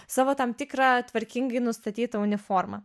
savo tam tikrą tvarkingai nustatytą uniformą